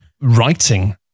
writing